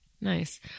Nice